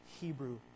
Hebrew